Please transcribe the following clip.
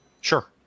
Sure